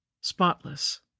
Spotless